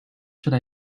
should